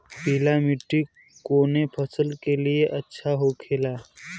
पीला मिट्टी कोने फसल के लिए अच्छा होखे ला?